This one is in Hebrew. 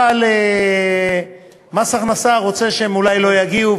אבל מס הכנסה רוצה שהם אולי לא יגיעו,